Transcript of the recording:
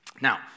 Now